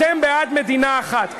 אתם בעד מדינה אחת.